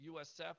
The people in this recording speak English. USF